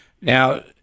Now